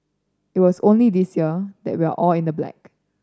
it was only this year that we are all in the black